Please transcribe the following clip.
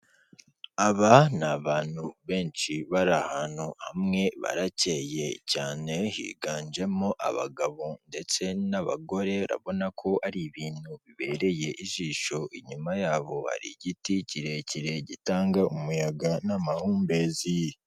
Aba ni abantu benshi bari ahantu hamwe barakeye cyane, higanjemo abagabo ndetse n'abagore, urabona ko ari ibintu bibereye ijisho, inyuma yabo hari igiti kirekire gitanga umuyaga n'amahumbezi.